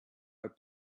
are